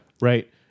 Right